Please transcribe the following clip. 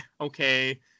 okay